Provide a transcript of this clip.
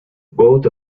both